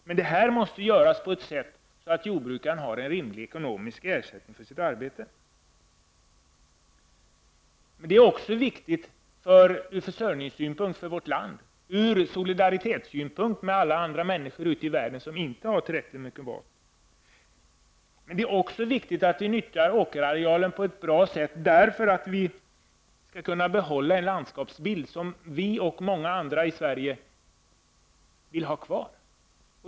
Men detta måste ske på ett sådant sätt att jordbrukarna får en rimlig ekonomisk ersättning för sitt arbete. Men det är också viktigt ur försörjningssynpunkt för vårt land, och det är viktigt med hänsyn till solidariteten med de människor ute i världen som inte har tillräckligt mycket mat. Det är dessutom viktigt att vi nyttjar åkerarealen på ett sådant sätt att vi kan behålla den landskapsbild som vi och många andra i Sverige vill ha kvar.